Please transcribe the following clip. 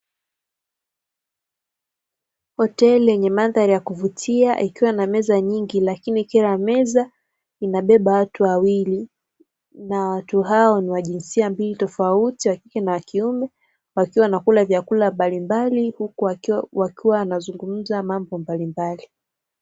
Hoteli yenye mandhari ya kuvutia ikiwa na meza nyingi lakini kila meza inabeba watu wawili, na watu hao ni wa jinsia mbili tofauti wakike na wakiume wakiwa wanakula vyakula mbalimbali huku wakiwa wanazungumza mambo mbalimbali.